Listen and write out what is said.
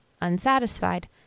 unsatisfied